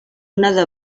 una